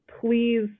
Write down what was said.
please